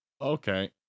okay